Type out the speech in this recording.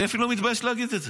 אני אפילו מתבייש להגיד את זה.